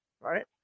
Right